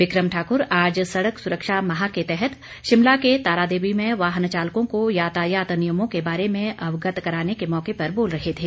विक्रम ठाकुर आज सड़क सुरक्षा माह के तहत शिमला के तारादेवी में वाहन चालकों को यातायात नियमों के बारे में अवगत कराने के मौके पर बोल रहे थे